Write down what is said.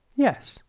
yes,